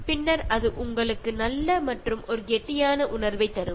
അപ്പോൾ ഇത് വളരെ നല്ല ഒരു അനുഭവമാകും